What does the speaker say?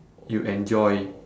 you enjoy